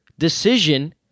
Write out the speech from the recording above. Decision